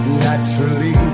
naturally